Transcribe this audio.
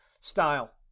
style